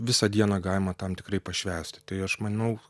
visą dieną galima tam tikrai pašvęsti tai aš manau